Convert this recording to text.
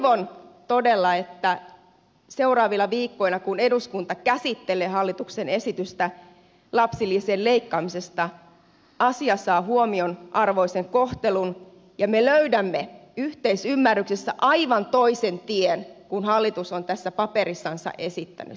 toivon todella että seuraavina viikkoina kun eduskunta käsittelee hallituksen esitystä lapsilisien leikkaamisesta asia saa huomionarvoisen kohtelun ja me löydämme yhteisymmärryksessä aivan toisen tien kuin mitä hallitus on tässä paperissansa esittänyt